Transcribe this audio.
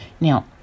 Now